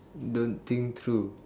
don't think through